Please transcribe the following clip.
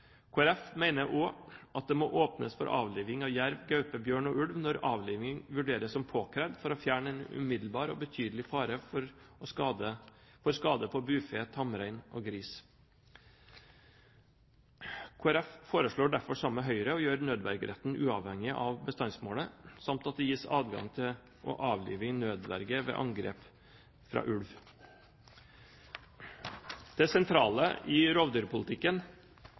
Høgre meiner også at det generelt må opnast for avliving av jerv, gaupe, bjørn og ulv når avlivinga blir vurdert som påkravd for å fjerne ein aktuell og betydeleg fare for skade på bufe, tamrein og gris. Høgre meiner, i motsetning til regjeringa, at nødverjeretten må gjelde tilgang til å avlive i nødverje ved angrep også frå ulv. Det er underleg å sjå den openlyse usemja som er i